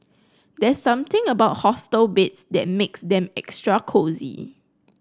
there's something about hostel beds that makes them extra cosy